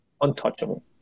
untouchable